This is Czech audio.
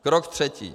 Krok třetí.